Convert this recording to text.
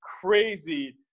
crazy